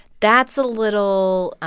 that's a little